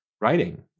writing